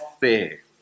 fair